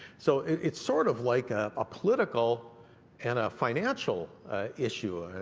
so it's sort of like a political and a financial issue.